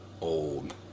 old